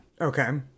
Okay